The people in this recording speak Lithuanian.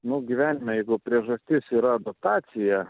nu gyvenime jeigu priežastis yra adaptacija